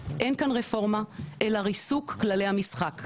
אין כאן רפורמה אלא ריסוק כללי המשחק.